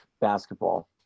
basketball